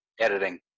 editing